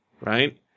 right